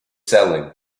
selling